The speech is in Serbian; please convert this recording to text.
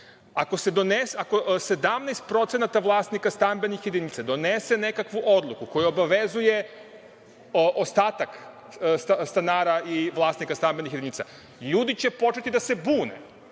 Ako 17% vlasnika stambenih jedinica donese nekakvu odluku koja obavezuje ostatak stanara i vlasnika stambenih jedinica, ljudi će početi da se bune,